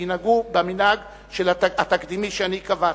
שינהגו במנהג התקדימי שאני קבעתי,